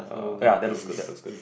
uh ya that looks good that looks good